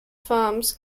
forms